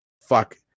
Fuck